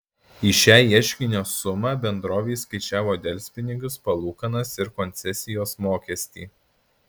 į šią ieškinio sumą bendrovė įskaičiavo delspinigius palūkanas ir koncesijos mokestį